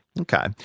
Okay